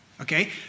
okay